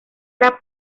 era